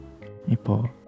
Ipo